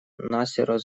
насеру